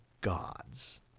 gods